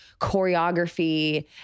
choreography